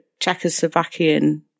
Czechoslovakian